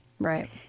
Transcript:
Right